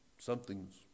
Something's